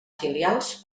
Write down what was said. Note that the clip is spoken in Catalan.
filials